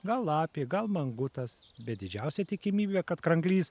gal lapė gal mangutas bet didžiausia tikimybė kad kranklys